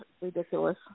ridiculous